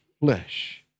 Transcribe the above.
flesh